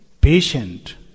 patient